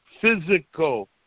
physical